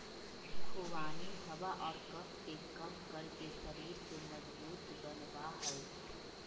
खुबानी हवा और कफ के कम करके शरीर के मजबूत बनवा हई